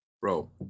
Bro